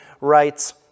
writes